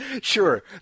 Sure